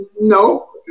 No